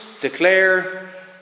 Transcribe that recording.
declare